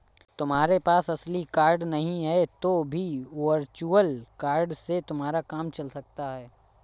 तुम्हारे पास असली कार्ड नहीं है तो भी वर्चुअल कार्ड से तुम्हारा काम चल सकता है